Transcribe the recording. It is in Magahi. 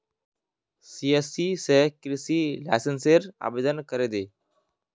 सिएससी स कृषि लाइसेंसेर आवेदन करे दे